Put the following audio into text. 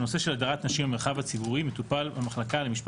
הנושא של הדרת נשים מהמרחב הציבורי מטופל במחלקה למשפט